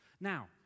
Now